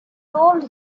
told